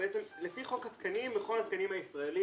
בעצם לפי חוק התקנים מכון התקנים הישראלי